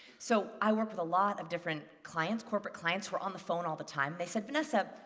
so i worked with a lot of different clients, corporate clients who are on the phone all the time. they said vanessa,